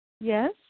yes